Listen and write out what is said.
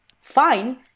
fine